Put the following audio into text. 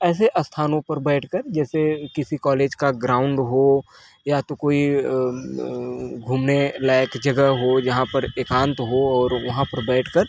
ऐसे स्थानों पर बैठ कर जैसे किसी कॉलेज का ग्राउंड हो या तो कोई घूमने लायक जगह हो जहाँ पर एकांत हो और वहाँ पर बैठ कर